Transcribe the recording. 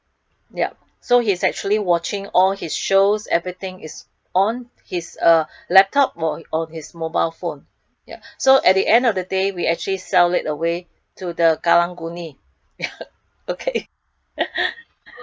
yup so he is actually watching all his shows everything is on his uh laptop or on his mobile phone ya so at the end of the day we actually sell it away to the Karang-Guni ya okay